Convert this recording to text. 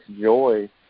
joy